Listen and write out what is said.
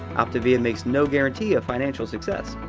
optavia makes no guarantee of financial success.